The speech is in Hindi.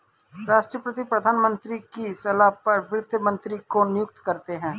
राष्ट्रपति प्रधानमंत्री की सलाह पर वित्त मंत्री को नियुक्त करते है